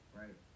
right